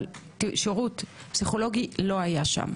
אבל שירות פסיכולוגי לא היה שם.